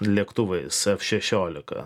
lėktuvais f šešiolika